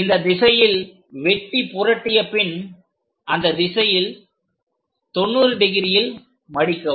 இந்த திசையில் வெட்டி புரட்டிய பின் அந்த திசையில் 90 டிகிரியில் மடிக்கவும்